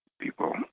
people